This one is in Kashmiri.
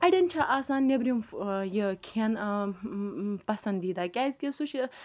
اَڈٮ۪ن چھِ آسان نیٚبرِم یہِ کھیٚن پَسَندیٖدہ کیازکہِ سُہ چھُ